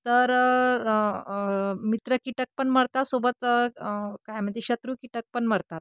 तर मित्र कीटक पण मरतात सोबत काय म्हणजे शत्रू कीटक पण मरतात